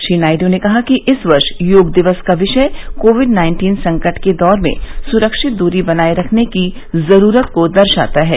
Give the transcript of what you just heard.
श्री नायडू ने कहा कि इस वर्ष योग दिवस का विषय कोविड नाइन्टीन संकट के दौर में सुरक्षित दूरी बनाये रखने की जरूरत को दर्शाता है